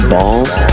Balls